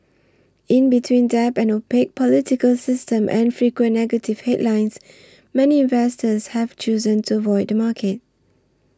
in between debt an opaque political system and frequent negative headlines many investors have chosen to avoid the market